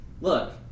look